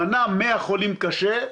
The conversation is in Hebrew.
מנע 100 חולים קשה,